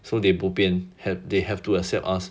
so they bo pian have they have to accept us